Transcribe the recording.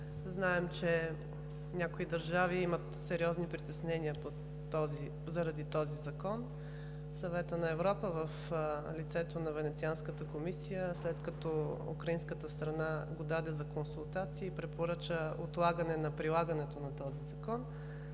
Знаем, че някои държави имат сериозни притеснения заради този закон. Съветът на Европа в лицето на Венецианската комисия, след като украинската страна го даде за консултации, препоръча отлагане на прилагането на този закон,